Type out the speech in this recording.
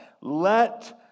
let